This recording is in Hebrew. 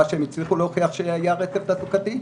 שהם הצליחו להוכיח שהיה רצף תעסוקתי,